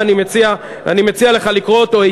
ואני מציע לך לקרוא אותו,